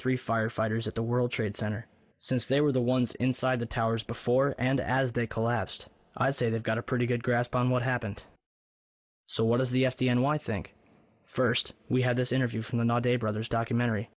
three firefighters at the world trade center since they were the ones inside the towers before and as they collapsed i say they've got a pretty good grasp on what happened so what is the f d a and why i think first we had this interview from a not a brother's documentary